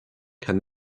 kann